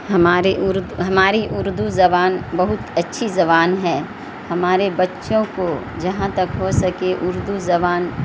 ہمارے ہماری اردو زبان بہت اچھی زبان ہے ہمارے بچوں کو جہاں تک ہو سکے اردو زبان